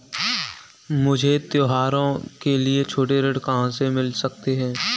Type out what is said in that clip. मुझे त्योहारों के लिए छोटे ऋण कहाँ से मिल सकते हैं?